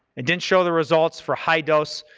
it didn't show the results for high dose,